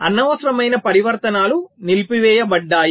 అనవసరమైన పరివర్తనాలు నిలిపివేయబడ్డాయి